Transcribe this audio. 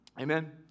Amen